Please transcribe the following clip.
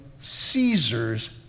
Caesar's